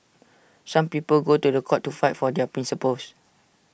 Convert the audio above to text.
some people go to The Court to fight for their principles